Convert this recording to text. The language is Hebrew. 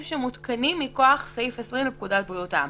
שמותקנים מכוח סעיף 20 לפקודת בריאות העם.